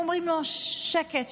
אומרים לו: שקט,